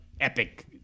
epic